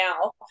now